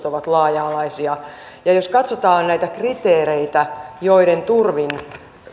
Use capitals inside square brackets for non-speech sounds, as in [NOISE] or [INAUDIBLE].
[UNINTELLIGIBLE] ovat laaja alaisia ja jos katsotaan näitä kriteereitä joiden turvin